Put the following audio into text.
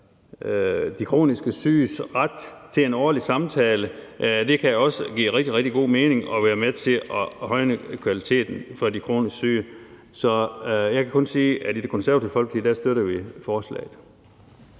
De kroniske syges ret til en årlig samtale kan også give rigtig, rigtig god mening og være med til at højne kvaliteten for de kronisk syge. Så jeg kan kun sige, at i Det Konservative Folkeparti støtter vi forslaget.